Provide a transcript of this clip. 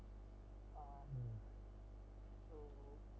mmhmm